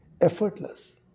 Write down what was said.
effortless